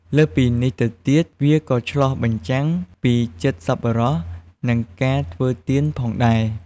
លើសពីនេះទៅទៀត វាក៏ឆ្លុះបញ្ចាំងពីចិត្តសប្បុរស និងការធ្វើទានផងដែរ។